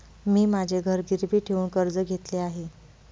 मी माझे घर गिरवी ठेवून कर्ज घेतले आहे